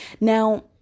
Now